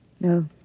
No